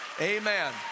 Amen